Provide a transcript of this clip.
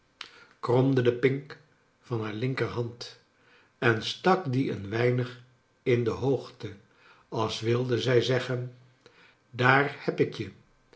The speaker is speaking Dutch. kromde de pink van haar linker hand en stak die een weinig in de hoogte als wilde zij zeggen daar heb ik je